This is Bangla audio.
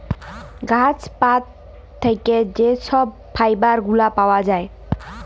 গাহাচ পাত থ্যাইকে যে ছব ফাইবার গুলা পাউয়া যায়